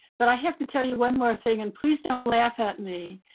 but i have to tell you one more thing and please don't laugh at me.